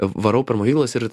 varau per mokyklas ir